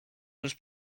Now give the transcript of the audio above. już